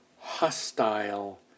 hostile